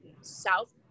South